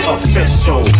Official